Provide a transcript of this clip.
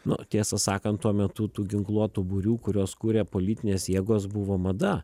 nu tiesą sakant tuo metu tų ginkluotų būrių kuriuos kūrė politinės jėgos buvo mada